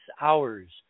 hours